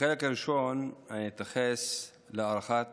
בחלק הראשון אתייחס לחוק